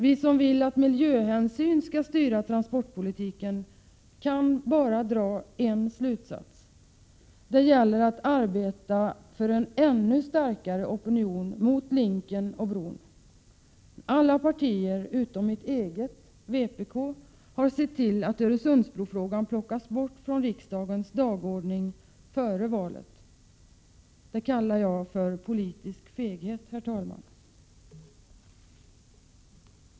Vi som vill att miljöhänsyn skall styra transportpolitiken kan bara dra en slutsats: det gäller att arbeta för en ännu starkare opinion mot linken och bron. Alla partier utom mitt eget, vpk, har sett till att Öresundsbrofrågan plockats bort från riksdagens dagordning före valet. Det kallar jag politisk feghet, herr talman.